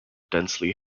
densely